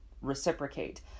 reciprocate